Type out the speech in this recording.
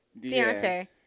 Deontay